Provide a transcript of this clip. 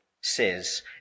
says